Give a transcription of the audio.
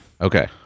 Okay